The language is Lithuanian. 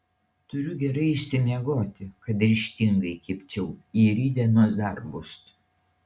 turiu gerai išsimiegoti kad ryžtingai kibčiau į rytdienos darbus